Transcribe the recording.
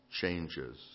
changes